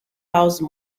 house